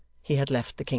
he had left the kingdom.